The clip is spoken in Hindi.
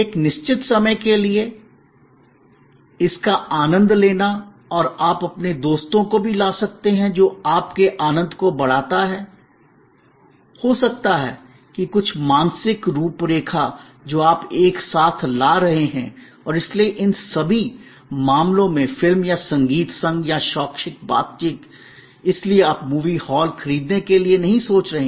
एक निश्चित समय के लिए इसका आनंद लेना और आप अपने दोस्तों को भी ला सकते हैं जो आपके आनंद को बढ़ाता है हो सकता है कि कुछ मानसिक रूप रेखा जो आप एक साथ ला रहे हैं और इसलिए इन सभी मामलों में फिल्म या संगीत संघ या शैक्षिक बातचीत इसलिए आप मूवी हॉल खरीदने के लिए नहीं सोच रहे हैं